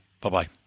bye-bye